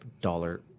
dollar